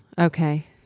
Okay